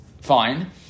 fine